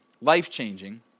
life-changing